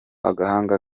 agahanga